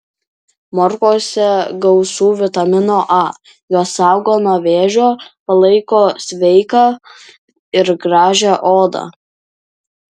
morkose gausu vitamino a jos saugo nuo vėžio palaiko sveiką ir gražią odą